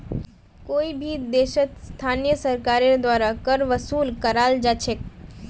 कोई भी देशत स्थानीय सरकारेर द्वारा कर वसूल कराल जा छेक